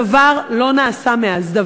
דבר לא נעשה מאז.